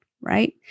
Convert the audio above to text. right